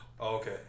okay